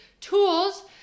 tools